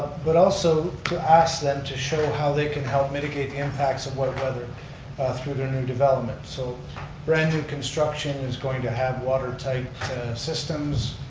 but also to ask them to show how they can help mitigate the impacts of wet weather ah through their new development. so brand-new construction is going to have water type systems.